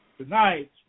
Tonight